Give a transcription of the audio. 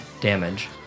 damage